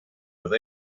with